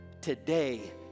today